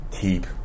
keep